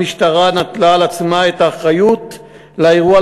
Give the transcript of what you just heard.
המשטרה נטלה על עצמה את האחריות לאירוע,